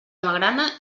magrana